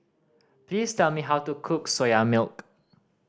please tell me how to cook Soya Milk